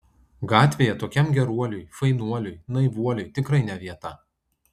gatvėje tokiam geruoliui fainuoliui naivuoliui tikrai ne vieta